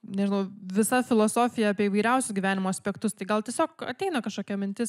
nežinau visa filosofija apie įvairiausius gyvenimo aspektus tai gal tiesiog ateina kažkokia mintis